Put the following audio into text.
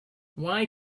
why